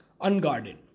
unguarded